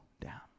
down